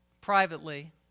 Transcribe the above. privately